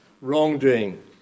wrongdoing